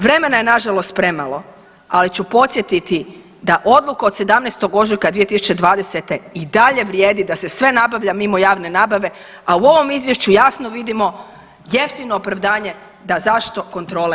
Vremena je nažalost premalo, ali ću podsjetiti da odluka od 17. ožujka 2020. i dalje vrijedi da se sve nabavlja mimo javne nabave, a u ovom izvješću jasno vidimo jeftino opravdanje da zašto kontrole nema.